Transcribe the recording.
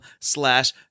slash